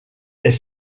est